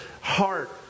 heart